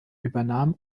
übernahm